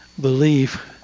belief